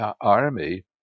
army